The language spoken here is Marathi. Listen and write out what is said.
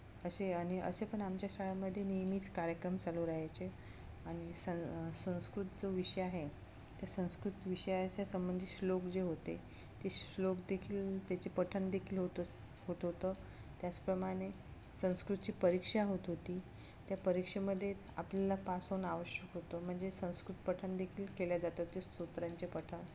असे आणि असे पण आमच्या शाळेमध्ये नेहमीच कार्यक्रम चालू राहायचे आणि सं संस्कृत जो विषय आहे त्या संस्कृत विषयाच्या संबंधित श्लोक जे होते ते श्लोक देखील त्याचे पठण देखील होतंच होत होतं त्याचप्रमाणे संस्कृतची परीक्षा होत होती त्या परीक्षेमध्ये आपल्याला पास होणं आवश्यक होतं म्हणजे संस्कृत पठणदेखील केले जात होते स्तोत्रांचे पठण